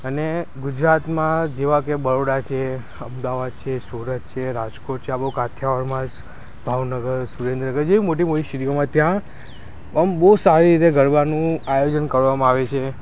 અને ગુજરાતમાં જેવા કે બરોડા છે અમદાવાદ છે સુરત છે રાજકોટ છે આપણું કાઠીયાવાડમાં જ ભાવનગર સુરેન્દ્રનગર જેવી મોટી મોટી શેરીઓમાં ત્યાં આમ બહુ સારી રીતે ગરબાનું આયોજન કરવામાં આવે છે